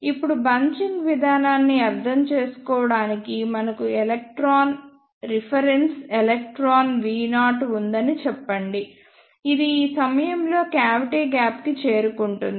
ఇప్పుడు బంచింగ్ విధానాన్ని అర్థం చేసుకోవడానికి మనకు ఎలక్ట్రాన్ రిఫరెన్స్ ఎలక్ట్రాన్ V0 ఉందని చెప్పండి ఇది ఈ సమయంలో క్యావిటీ గ్యాప్ కి చేరుకుంటుంది